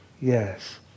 yes